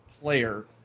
player